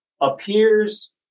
appears